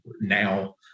now